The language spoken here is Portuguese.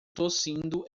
tossindo